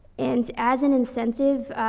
and as an incentive,